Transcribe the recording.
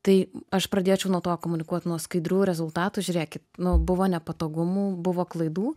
tai aš pradėčiau nuo to komunikuot nuo skaidrių rezultatų žiūrėkit nu buvo nepatogumų buvo klaidų